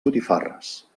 botifarres